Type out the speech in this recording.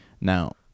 Now